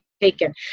Taken